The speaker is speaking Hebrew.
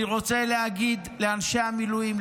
אני רוצה להגיד לאנשי המילואים,